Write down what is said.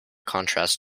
contrast